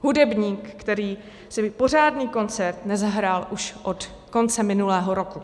Hudebník, který si pořádný koncert nezahrál už od konce minulého roku.